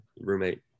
roommate